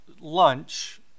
Lunch